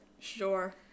Sure